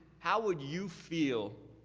how would you feel